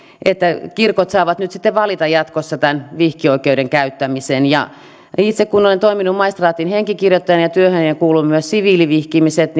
että kirkot saavat nyt sitten valita jatkossa tämän vihkioikeuden käyttämisen itse kun olen toiminut maistraatin henkikirjoittajana ja työhöni kuuluivat myös siviilivihkimiset